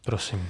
Prosím.